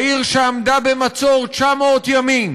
העיר שעמדה במצור 900 ימים,